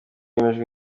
yemejwe